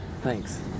Thanks